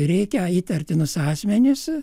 rėkia įtartinus asmenis